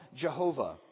Jehovah